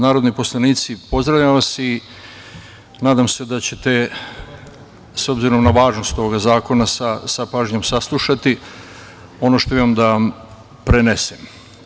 Narodni poslanici pozdravljam vas, nadam se da ćete s obzirom na važnost ovog zakona sa pažnjom saslušati ono što imam da vam prenesem.